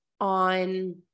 on